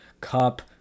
Cup